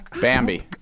Bambi